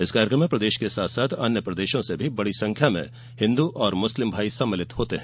इस कार्यकम में प्रदेश के साथ अन्य प्रदेशों से बड़ी संख्या मे हिंदू और मुस्लिम भाई सम्मलित होते है